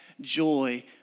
joy